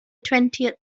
twentieth